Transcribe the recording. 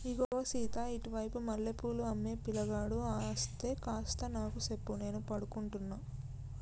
ఇగో సీత ఇటు వైపు మల్లె పూలు అమ్మే పిలగాడు అస్తే కాస్త నాకు సెప్పు నేను పడుకుంటున్న